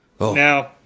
Now